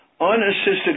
unassisted